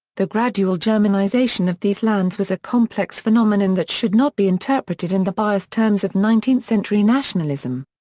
the gradual germanization of these lands was a complex phenomenon that should not be interpreted in the biased terms of nineteenth century nationalism.